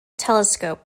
telescope